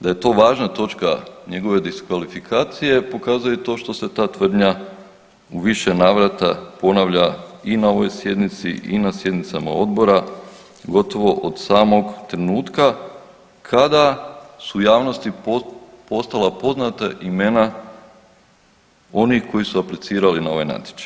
Da je to važna točka njegove diskvalifikacije pokazuje i to što se ta tvrdnja u više navrata ponavlja i na ovoj sjednici i na sjednicama Odbora gotovo od samog trenutka kada su javnosti postala poznata imena onih koji su aplicirali na ovaj natječaj.